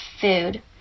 food